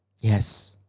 Yes